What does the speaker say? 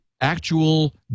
actual